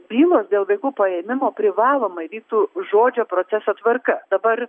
bylos dėl vaikų paėmimo privalomai vyktų žodžio proceso tvarka dabar